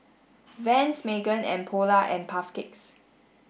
Vans Megan and Polar and Puff Cakes